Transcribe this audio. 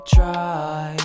try